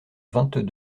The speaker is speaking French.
vingt